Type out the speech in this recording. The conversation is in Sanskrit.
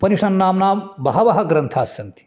उपनिषन्नाम्नां बहवः ग्रन्थाः सन्ति